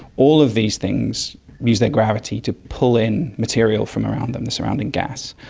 all of these things use their gravity to pull in material from around them, the surrounding gas.